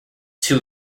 two